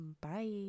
Bye